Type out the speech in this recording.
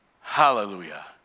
Hallelujah